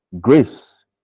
Grace